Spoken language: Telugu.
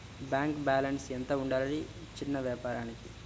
బ్యాంకు బాలన్స్ ఎంత ఉండాలి చిన్న వ్యాపారానికి?